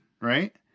right